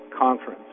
conference